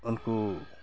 ᱩᱱᱠᱩ